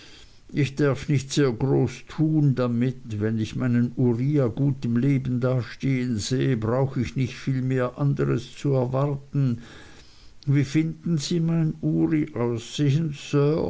ich derf nicht sehr groß tun dermit wenn ich meinen uriah gut im leben da stehen sehe brauch ich nicht viel mehr anderes zu erwarten wie finden sie mein ury